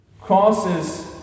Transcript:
crosses